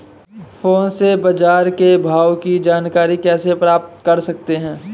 Phone से बाजार के भाव की जानकारी कैसे प्राप्त कर सकते हैं?